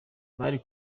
bari